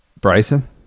Bryson